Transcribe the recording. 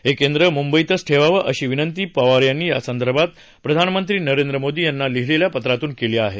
हे केंद्र मुंबईतच ठेवावं अशी विनंती पवार यांनी यासंदर्भात प्रधानमंत्री नरेंद्र मोदी यांना लिहीलेल्या पत्रातून केली आहे